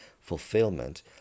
fulfillment